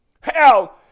Hell